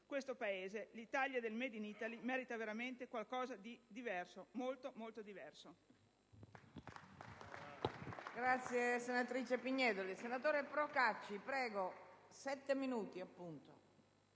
Questo Paese, l'Italia del*made in Italy,* merita veramente qualcosa di diverso: di veramente molto diverso.